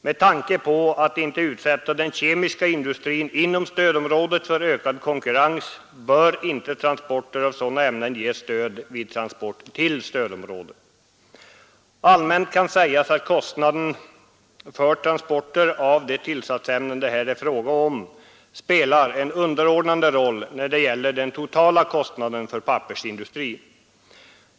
Med tanke på att inte utsätta den kemiska industrin inom stödområdet för ökad konkurrens bör inte transporter av sådana ämnen ges stöd vid transport till stödområdet. Allmänt kan sägas att kostnaden för transporter av de tillsatsämnen det här är fråga om spelar en underordnad roll i förhållande till den totala kostnaden till pappersindustrin.